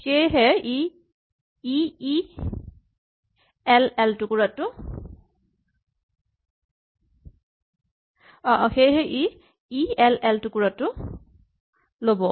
সেয়েহে ই ই এল এল টুকুৰাটো ল'ব